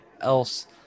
else